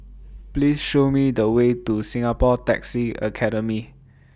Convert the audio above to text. Please Show Me The Way to Singapore Taxi Academy